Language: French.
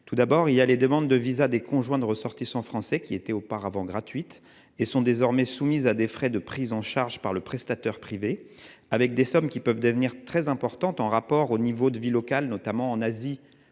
Tout d'abord, les demandes de visas des conjoints de ressortissants français, qui étaient auparavant gratuites, sont désormais soumises à des frais de prises en charge par le prestataire privé. Or les sommes sont parfois très importantes en rapport au niveau de vie local, notamment en Asie